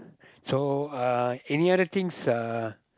so uh any other things uh